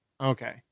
Okay